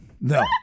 No